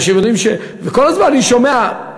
כל הזמן אני שומע: